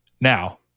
Now